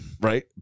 Right